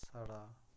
साढ़ा